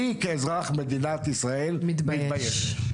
אני כאזרח מדינת ישראל מתבייש.